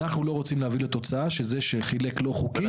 אנחנו לא רוצים להביא לתוצאה שזה שחילק לא חוקי,